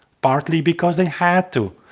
partly because they had to.